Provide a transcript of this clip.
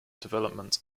development